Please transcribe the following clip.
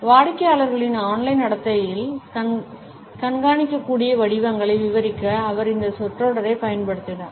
வாடிக்கையாளர்களின் ஆன்லைன் நடத்தையில் கண்காணிக்கக்கூடிய வடிவங்களை விவரிக்க அவர் இந்த சொற்றொடரைப் பயன்படுத்தினார்